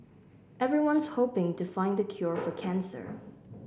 everyone's hoping to find the cure for cancer